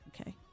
Okay